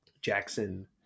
Jackson